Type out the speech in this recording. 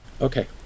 Okay